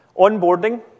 onboarding